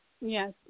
Yes